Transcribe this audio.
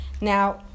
Now